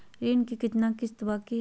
ऋण के कितना किस्त बाकी है?